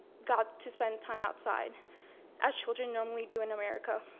got to spend time outside as children normally do in america.